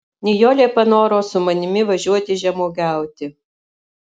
nijolė panoro su manimi važiuoti žemuogiauti